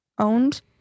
owned